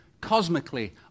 cosmically